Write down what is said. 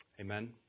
Amen